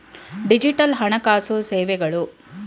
digital ಹಣಕಾಸು ಸೇವೆಗಳು